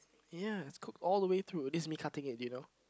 ya it's cooked all the way through this is me cutting it do you know